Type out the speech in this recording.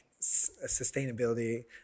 sustainability